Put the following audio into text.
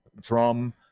drum